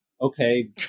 okay